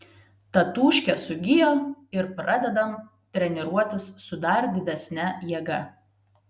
tatūškė sugijo ir pradedam treniruotis su dar didesne jėga